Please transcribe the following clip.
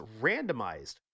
randomized